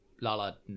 Lala